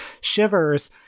Shivers